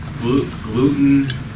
gluten